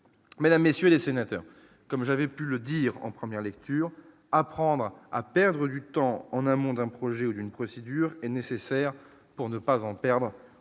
mais là, messieurs les sénateurs, comme j'avais pu le dire en première lecture, apprendre à perdre du temps en amont d'un projet ou d'une procédure est nécessaire pour ne pas en perdre